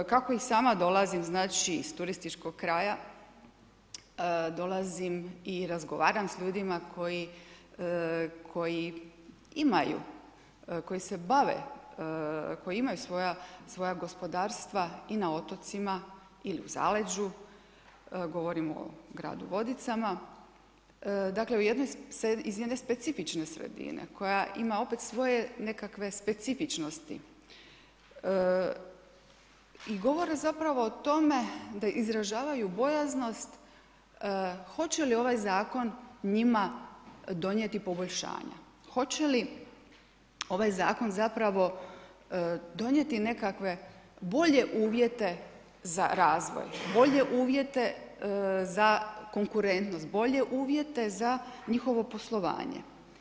Kako i sama dolazim iz turističkog kraja, dolazim i razgovaram s ljudima koji imaju, koji se bave, koji imaju svoja gospodarstva i na otocima ili u zaleđu, govorim o gradu Vodicama dakle iz jedne specifične sredine koja ima opet svoje nekakve specifičnosti i govore o tome da izražavaju bojaznost hoće li ovaj zakon njima donijeti poboljšanja, hoće li ovaj zakon donijeti nekakve bolje uvjete za razvoj, bolje uvjete za konkurentnost, bolje uvjete za njihovo poslovanje.